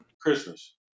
Christmas